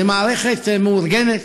זה מערכת מאורגנת,